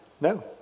No